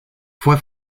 fue